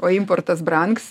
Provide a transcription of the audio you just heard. o importas brangs